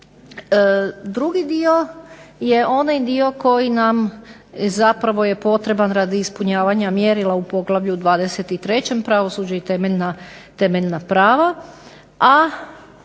Drugi dio je onaj dio koji nam zapravo je potreban radi ispunjavanja mjerila u poglavlju 23. Pravosuđe i temeljna prava a